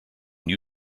new